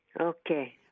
Okay